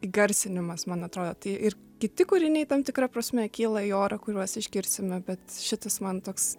įgarsinimas man atrodo tai ir kiti kūriniai tam tikra prasme kyla į orą kuriuos išgirsime bet šitas man toks